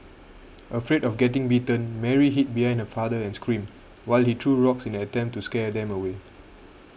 afraid of getting bitten Mary hid behind her father and screamed while he threw rocks in an attempt to scare them away